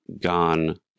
gone